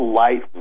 light